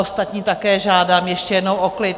Ostatní také žádám ještě jednou o klid.